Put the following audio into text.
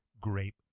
grape